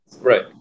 Right